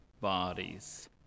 bodies